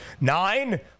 nine